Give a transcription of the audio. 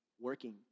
working